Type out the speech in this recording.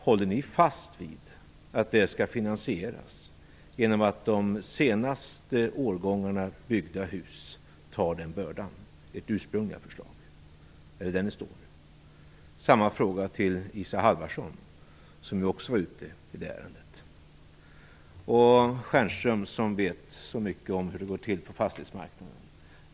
Håller ni fast vid ert ursprungliga förslag, att det skall finansieras genom att de hus som är byggda under de senaste åren tar den bördan? Är det detta ni står för? Jag riktar samma fråga till Isa Halvarsson, som också tog upp ärendet. Michael Stjernström vet ju så mycket om hur det går till på fastighetsmarknaden.